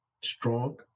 strong